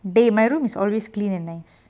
!hey! my room is always clean and nice